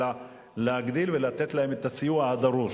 אלא להגדיל ולתת להם את הסיוע הדרוש.